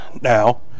Now